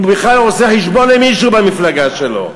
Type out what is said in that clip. אם בכלל הוא עושה חשבון למישהו במפלגה שלו.